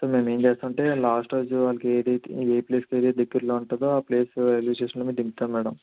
so మేము ఏమి చేస్తామంటే లాస్ట్ రోజు వాళ్ళకి ఏ ఏ ప్లేస్ అయితే దగ్గర్లో ఉంటుందో ఆ ప్లేస్ రైల్వే స్టేషన్లో మేము దింపుతాం మేడమ్